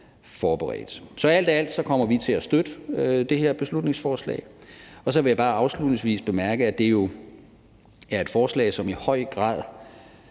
Så alt i alt kommer vi til at støtte det her beslutningsforslag. Og så vil jeg bare afslutningsvis bemærke, at det jo er et forslag, som i høj grad